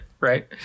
Right